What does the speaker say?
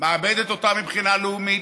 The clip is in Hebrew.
מאבדת אותה מבחינה לאומית,